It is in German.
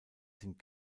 sind